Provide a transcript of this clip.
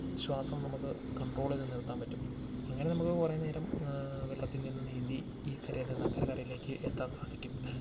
ശ്വാസം നമുക്ക് കണ്ട്രോൾ ചെയ്തു നിലനിർത്താൻ പറ്റും ഇങ്ങനെ നമ്മൾക്ക് കുറേ നേരം വെള്ളത്തിൽ നിന്ന് നീന്തി ഈ കരയിൽ നിന്ന് അക്കരെ കരയിലേക്ക് എത്താൻ സാധിക്കും